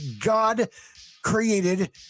god-created